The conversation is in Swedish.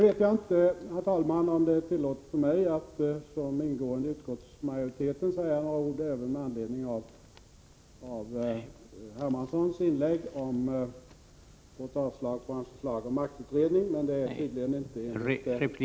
Det är inte, herr talman, tillåtet för mig, som ingående i utskottsmajoriteten, att nu säga något även med anledning av Hermanssons inlägg om vårt avstyrkande av hans förslag om en utredning av maktförhållandena. Jag återkommer till den frågan senare.